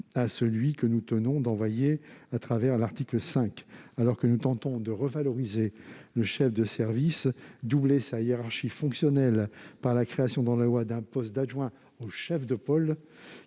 à celui que nous entendons envoyer au travers de l'article 5. Alors que nous tentons de revaloriser le chef de service, doubler sa hiérarchie fonctionnelle par la création, dans la loi, d'un poste d'adjoint au chef de pôle,